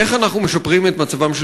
איך אנחנו משפרים את מצבם של